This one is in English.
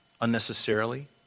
unnecessarily